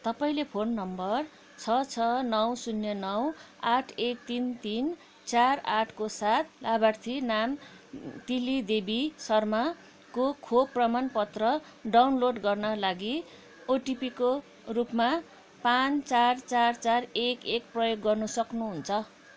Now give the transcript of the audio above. तपाईँँले phone number छ छ नौ शून्य नौ आठ एक तिन तिन चार आठको साथ लाभार्थीको नाम तिली देवी शर्माको खोप प्रमाणपत्र डाउनलोड गर्नाका लागि ओटिपीको रूपमा पाँच चार चार चार एक एक प्रयोग गर्न सक्नुहुन्छ